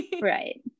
right